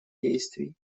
действий